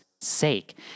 sake